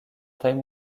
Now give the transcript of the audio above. time